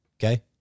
Okay